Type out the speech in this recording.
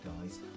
guys